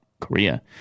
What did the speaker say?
korea